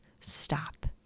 stop